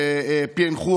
שפענחו.